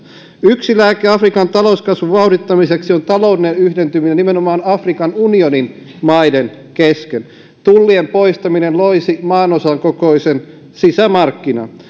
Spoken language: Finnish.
yksi lääke afrikan talouskasvun vauhdittamiseksi on taloudellinen yhdentyminen nimenomaan afrikan unionin maiden kesken tullien poistaminen loisi maanosan kokoisen sisämarkkinan